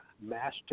master